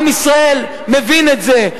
עם ישראל מבין את זה.